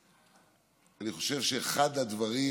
אני חושב שאחת התוכניות